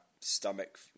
stomach